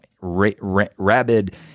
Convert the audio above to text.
rabid